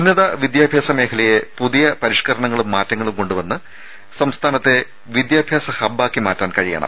ഉന്നത വിദ്യാഭ്യാസ മേഖലയെ പുതിയ പരിഷ്ക്കരണങ്ങളും മാറ്റങ്ങളും കൊണ്ടുവന്ന് സംസ്ഥാനത്തെ വിദ്യാഭ്യാസ ഹബ്ബാക്കി മാറ്റാൻ കഴിയണം